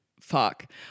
fuck